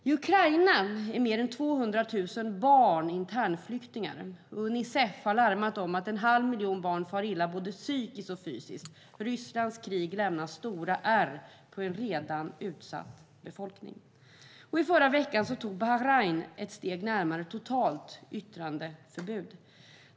I Ukraina är mer än 200 000 barn internflyktingar. Unicef har larmat om att en halv miljon barn far illa både psykiskt och fysiskt. Rysslands krig lämnar stora ärr på en redan utsatt befolkning. I förra veckan tog Bahrain ett steg närmare totalt yttrandeförbud.